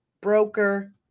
broker